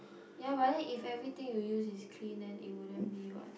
ya but then if everything you use is clean then it wouldn't be what